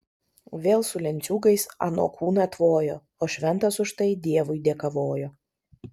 vėl su lenciūgais ano kūną tvojo o šventas už tai dievui dėkavojo